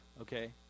okay